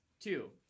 Two